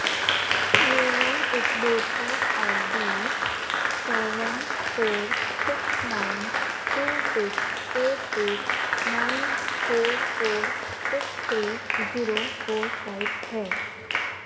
मेरा उपभोक्ता I D seven four six nine two six eight eight nine four four six three zero four five है